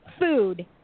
food